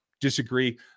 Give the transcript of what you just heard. disagree